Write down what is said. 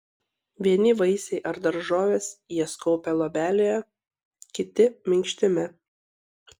vieni vaisiai ar daržovės jas kaupia luobelėje kiti minkštime